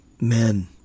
men